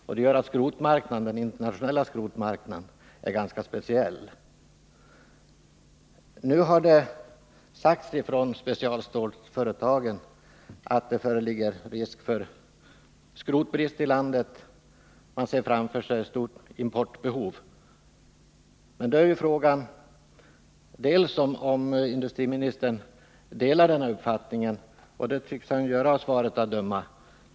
Och det gör att den internationella skrotmarknaden är ganska speciell. Det har sagts ifrån specialstålsföretagen att det föreligger risk för skrotbrist i landet. Man ser framför sig ett stort importbehov. Då är frågan om industriministern delar den uppfattningen, och det tycks han av svaret att döma göra.